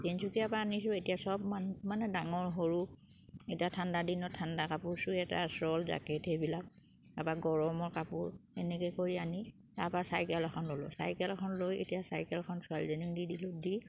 তিনিচুকীয়াৰ পৰা আনিছোঁ এতিয়া চব মান মানে ডাঙৰ সৰু এতিয়া ঠাণ্ডাদিনত ঠাণ্ডা কাপোৰ ছুৱেটাৰ শ্বল জাকেট সেইবিলাক তাপা গৰমৰ কাপোৰ এনেকে কৰি আনি তাৰপা চাইকেল এখন ল'লোঁ চাইকেল এখন লৈ এতিয়া চাইকেলখন ছোৱালীজনীক দি দিলোঁ দি